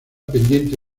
pendiente